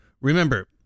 remember